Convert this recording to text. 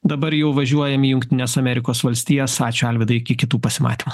dabar jau važiuojam į jungtines amerikos valstijas ačiū alvydai iki kitų pasimatymų